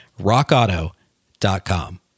Rockauto.com